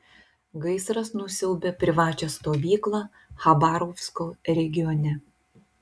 gaisras nusiaubė privačią stovyklą chabarovsko regione